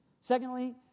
Secondly